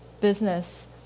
business